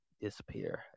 disappear